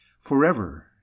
Forever